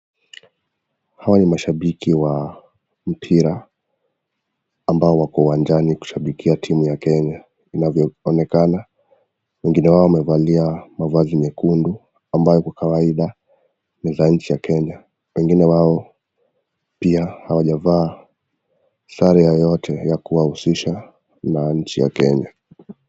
Hawa ni mashabiki wa mpira ambao wako uwanjani kushabikia timu ya Kenya inavyo onekana wengine wao wamevalia mavazi nyekundu ambayo kwa kawaida ni rangi ya Kenya wengine wao pia hawajevaa sare yoyote ya kuwahusisha na nchi ya Kenya.